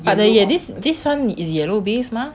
but the ya this this [one] is yellow base mah